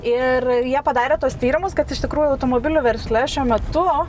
ir jie padarė tuos tyrimus kad iš tikrųjų automobilių versle šiuo metu